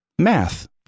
math